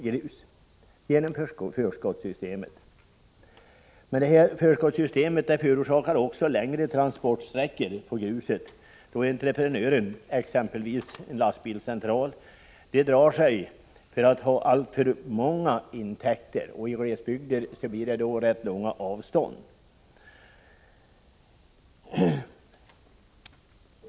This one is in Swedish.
grus genom förskottssystemet. Detta system förorsakar också längre transportsträckor för gruset, då entreprenören — exempelvis en lastbilscentral — drar sig för att ha alltför många täkter. I glesbygden blir det då rätt långa avstånd.